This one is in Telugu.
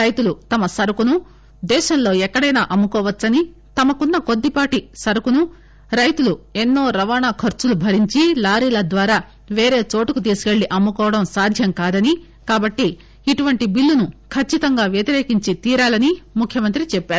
రైతులు తమ సరుకును దేశంలో ఎక్కడైనా అమ్ము కోవచ్చని తమకున్న కొద్దిపాటు సరుకును రైతులు ఎన్నో రవాణా ఖర్చులు భరించి లారీల ద్వారా వేరే చోటుకు తీసుకెల్లి అమ్ము కోవడం సాధ్యం కాదనీ కాబట్టి ఇటువంటి బిల్లును ఖచ్చితంగా వ్యతిరేకించి తీరాలని ముఖ్యమంత్రి చెప్పారు